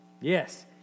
Yes